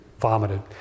vomited